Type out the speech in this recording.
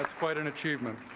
ah quite an achievement